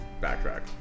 backtrack